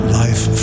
life